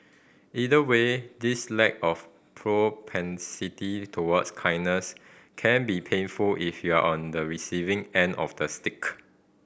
either way this lack of propensity towards kindness can be painful if you're on the receiving end of the stick